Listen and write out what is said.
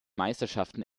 meisterschaften